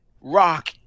rock